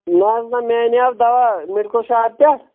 نہ حظ نہ مےٚ انییٛاو دوا میڈکل شاپ پیٚٹھ